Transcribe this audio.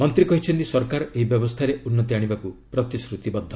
ମନ୍ତ୍ରୀ କହିଛନ୍ତି ସରକାର ଏହି ବ୍ୟବସ୍ଥାରେ ଉନ୍ନତି ଆଶିବାକୁ ପ୍ରତିଶ୍ରତିବଦ୍ଧ